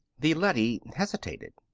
the leady hesitated.